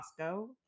costco